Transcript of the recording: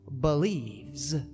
believes